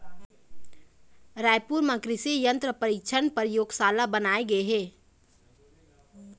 रायपुर म कृसि यंत्र परीक्छन परयोगसाला बनाए गे हे